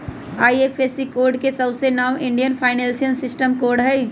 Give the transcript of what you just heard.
IFSC code के सऊसे नाओ इंडियन फाइनेंशियल सिस्टम कोड हई